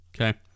Okay